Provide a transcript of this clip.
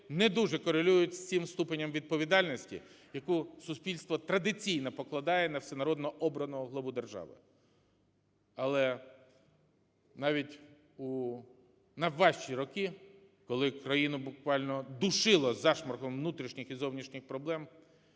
не дуже корелюють з цим ступенем відповідальності, яку суспільство традиційно покладає на всенародно обраного главу держави. Але навіть у найважчі роки, коли країну буквально душило зашморгом внутрішніх і зовнішніх проблем,